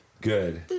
Good